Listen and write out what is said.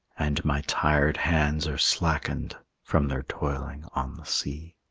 and my tired hands are slackened from their toiling on the sea.